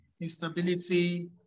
instability